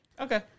Okay